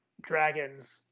dragons